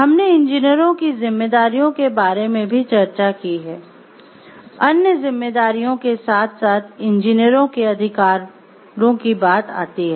हमने इंजीनियरों की जिम्मेदारियों के बारे में भी चर्चा की है अन्य जिम्मेदारियों के साथ साथ इंजीनियरों के अधिकारों की बात आती है